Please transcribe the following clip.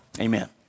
Amen